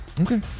Okay